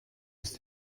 ist